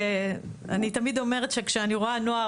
אני תמיד אומרת שכשאני רואה נוער,